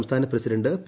സംസ്ഥാന president P